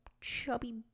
chubby